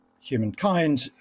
humankind